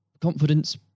confidence